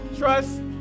Trust